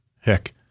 heck